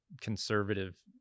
conservative